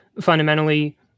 fundamentally